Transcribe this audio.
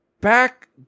back